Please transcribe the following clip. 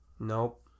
Nope